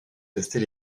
tester